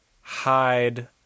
hide